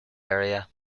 area